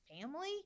family